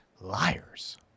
Liars